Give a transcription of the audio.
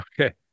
Okay